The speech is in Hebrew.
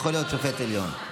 יכול להיות שופט עליון.